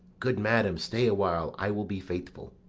good madam, stay awhile i will be faithful.